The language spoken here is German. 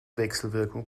wechselwirkung